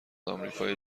آمریکای